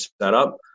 setup